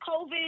COVID